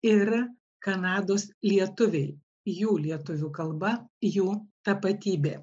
ir kanados lietuviai jų lietuvių kalba jų tapatybė